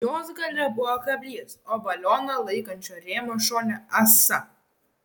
jos gale buvo kablys o balioną laikančio rėmo šone ąsa